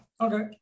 Okay